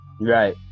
Right